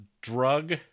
drug